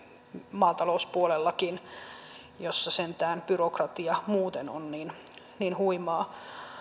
maatalouspuolellakin jolla sentään byrokratia muuten on niin niin huimaa